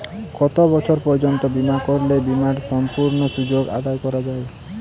কত বছর পর্যন্ত বিমা করলে বিমার সম্পূর্ণ সুযোগ আদায় করা য়ায়?